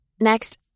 Next